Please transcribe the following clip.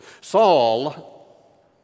Saul